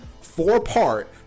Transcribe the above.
four-part